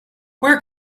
where